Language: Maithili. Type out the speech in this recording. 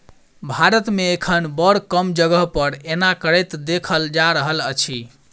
भारत मे एखन बड़ कम जगह पर एना करैत देखल जा रहल अछि